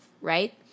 right